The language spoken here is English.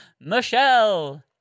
Michelle